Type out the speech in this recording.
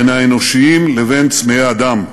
בין האנושיים לבין צמאי הדם.